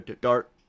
Dark